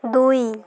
ଦୁଇ